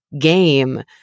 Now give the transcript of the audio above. game